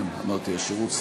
אמרתי השירות?